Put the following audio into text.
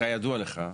כידוע לך,